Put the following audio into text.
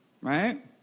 right